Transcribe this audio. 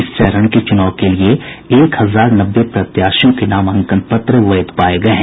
इस चरण के च्रनाव के लिए एक हजार नब्बे प्रत्याशियों के नामांकन पत्र वैध पाये गये हैं